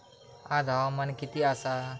आज हवामान किती आसा?